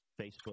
Facebook